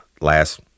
last